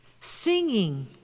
singing